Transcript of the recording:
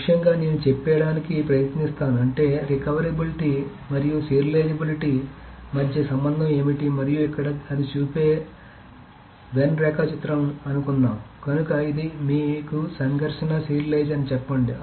ముఖ్యంగా నేను ఏమి చెప్పడానికి ప్రయత్నిస్తాను అంటే రెకావేరబిలిటీ మరియు సీరియలిజాబిలిటీ మధ్య సంబంధం ఏమిటి మరియు ఇక్కడ అది చూపే వెన్ రేఖాచిత్రం అనుకుందాం కనుక ఇది మీకు సంఘర్షణ సీరియలైజ్ అని చెప్పండి